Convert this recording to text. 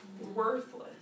worthless